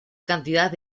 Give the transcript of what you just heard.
cantidad